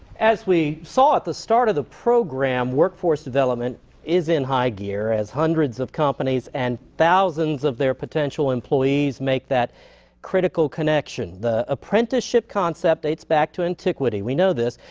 as we saw at the start of the program workforce development is in high gear as hundreds of companies and thousands of their potential employees make that critical connection. the apprenticeship concept dates back to antiquity, we know this.